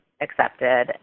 accepted